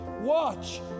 watch